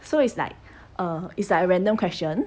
so it's like a it's like a random question